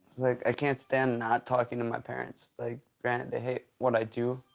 like i can't stand not talking to my parents. like, granted they hate what i do.